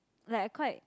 like quite